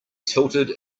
tilted